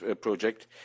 project